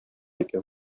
икән